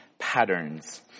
patterns